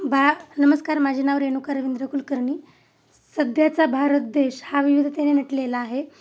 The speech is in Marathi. बा नमस्कार माझे नाव रेणुका रविंद्र कुलकर्णी सध्याचा भारत देश हा विविधतेने नटलेला आहे